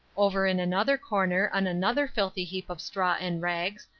over in another corner on another filthy heap of straw and rags,